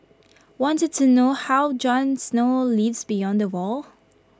want to know how Jon snow lives beyond the wall